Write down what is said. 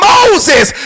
Moses